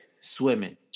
Swimming